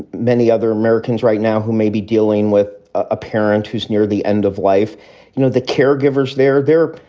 many other americans right now who may be dealing with a parent who's near the end of life, you know, the caregivers, they're there.